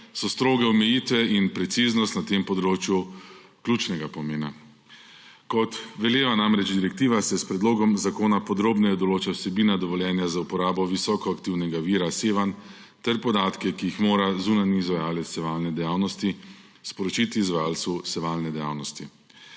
so stroge omejitve in preciznost na tem področju ključnega pomena. Kot veleva direktiva, se s predlogom zakona podrobneje določajo vsebina dovoljenja za uporabo visoko aktivnega vira sevanj ter podatki, ki jih mora zunanji izvajalec sevalne dejavnosti sporočiti izvajalcu sevalne dejavnosti.